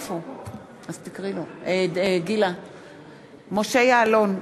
(קוראת בשמות חברי הכנסת) משה יעלון,